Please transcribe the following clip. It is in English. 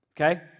Okay